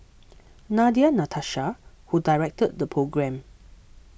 Nadia Natasha who directed the programme